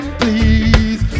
please